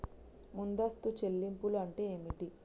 ముందస్తు చెల్లింపులు అంటే ఏమిటి?